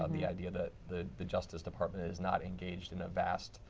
um the idea that the the justice department is not engaged in a vast,